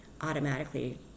automatically